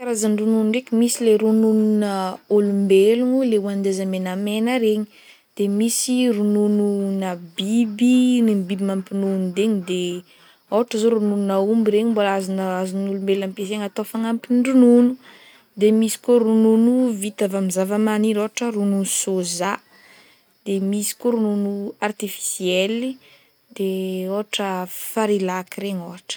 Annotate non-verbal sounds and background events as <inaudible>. Karazan-dronono ndraiky misy le rononona ôlombelogno le hoagnin-jaza menamena regny de misy rononona biby ny an'ny biby mampinono degny de ôhatra zao rononon'aomby regny mbôla azona <hesitation> azon'olombelona ampiasaina atao fanampin-dronono de misy koa ronono vita avy amin'ny zavamaniry ôhatra ronono soja de misy koa ronono artificiel i de ôhatra farilac regny ôhatra.